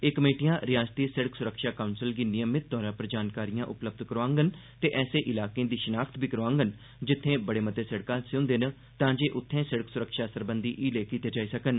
एह् कमेटियां रिआसती सिड़क सुरक्षा काउंसल गी नियमित तौर उप्पर जानकारिआं उपलब्ध करोआङन ते ऐसे इलाकें दी शिनाख्त बी करोआडन जित्थें बड़े मते सिड़क हादसे हुंदे न तांजे उत्थें सिड़क सुरक्षा सरबंधी हीले कीते जाई सकन